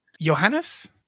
Johannes